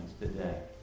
today